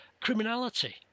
criminality